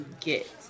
get